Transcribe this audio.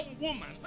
woman